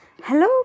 Hello